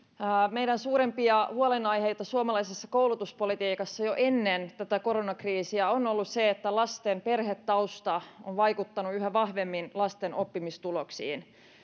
meidän suurimpia huolenaiheitamme suomalaisessa koulutuspolitiikassa jo ennen tätä koronakriisiä on ollut se että lasten perhetausta on vaikuttanut yhä vahvemmin lasten oppimistuloksiin